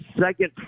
second